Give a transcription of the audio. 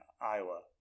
Iowa